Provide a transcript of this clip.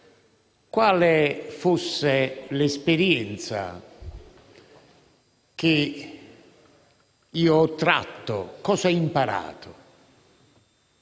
quale fosse l'esperienza che ho tratto, cosa ho imparato,